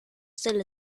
still